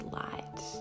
light